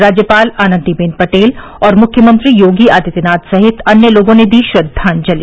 राज्यपाल आनंदी बेन पटेल और मुख्यमंत्री योगी आदित्यनाथ सहित अन्य लोगों ने दी श्रद्वांजलि